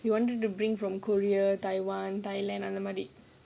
we wanted to bring from korea taiwan thailand அந்த மாதிரி:andha maadhiri